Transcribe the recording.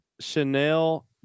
Chanel